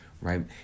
Right